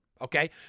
okay